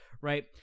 right